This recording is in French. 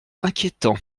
inquiétant